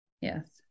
Yes